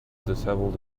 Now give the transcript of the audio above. dishevelled